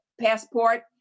passport